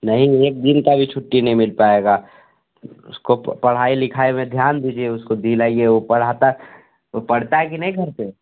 नहीं एक दिन का भी छुट्टी नहीं मिल पाएगा उसको पढ़ाई लिखाई में ध्यान दीजिए उसको दिलाइए वो पढ़ाता वो पढ़ता है कि नहीं घर पे